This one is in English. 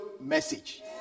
message